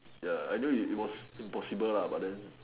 ya I knew it it was impossible lah but then